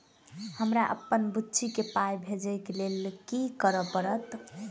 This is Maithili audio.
हमरा अप्पन बुची केँ पाई भेजइ केँ लेल की करऽ पड़त?